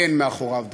אין מאחוריו דבר.